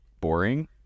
boring